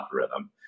algorithm